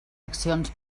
accions